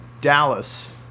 Dallas